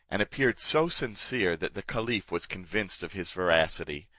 and appeared so sincere, that the caliph was convinced of his veracity.